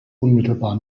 unmittelbar